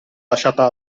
lasciata